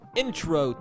intro